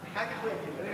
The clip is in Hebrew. אחר כך הוא יגיד לך.